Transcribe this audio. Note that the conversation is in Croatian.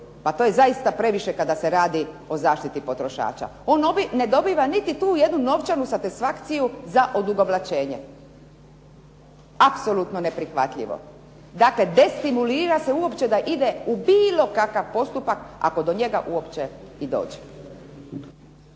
Pa to je zaista previše kada se radi o zaštiti potrošača. On ne dobiva niti tu jednu novčanu satisfakciju za odugovlačenje. Apsolutno neprihvatljivo. Dakle, destimulira se uopće da ide u bilo kakav postupak ako do njega uopće i dođe.